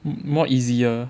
more easier